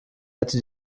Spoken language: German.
hätte